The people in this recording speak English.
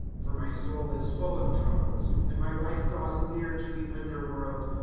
for my soul is full of troubles and my life draws near to the underworld.